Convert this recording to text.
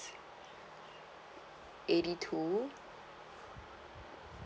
eighty two